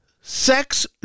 sex